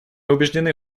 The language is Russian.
убеждены